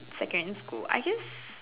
secondary school I just